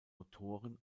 motoren